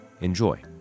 Enjoy